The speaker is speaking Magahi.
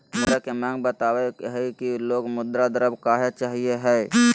मुद्रा के माँग बतवय हइ कि लोग कुछ द्रव्य काहे चाहइ हइ